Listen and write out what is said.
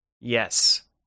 Yes